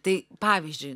tai pavyzdžiui